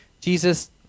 Jesus